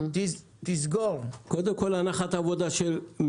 שמדי שנה בשנה מובאות תקנות שקובעות את אותן מכסות